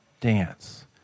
dance